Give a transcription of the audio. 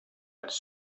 als